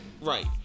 right